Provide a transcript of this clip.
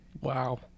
Wow